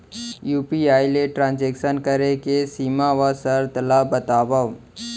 UPI ले transaction करे के सीमा व शर्त ला बतावव?